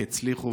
והצליחו,